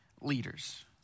leaders